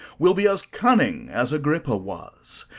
will be as cunning as agrippa was,